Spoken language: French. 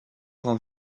rend